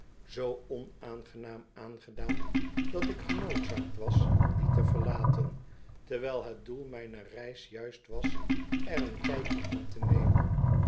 zoo onaangenaam aangedaan dat ik genoodzaakt was die te verlaten terwijl het doel mijner reis juist was er een kijkje in te seinen